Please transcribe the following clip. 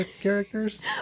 characters